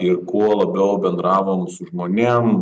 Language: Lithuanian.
ir kuo labiau bendravom su žmonėm